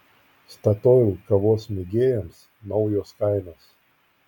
statoil kavos mėgėjams naujos kainos